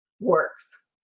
works